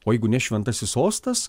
o jeigu ne šventasis sostas